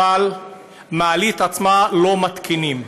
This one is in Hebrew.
אבל את המעלית עצמה לא מתקינים,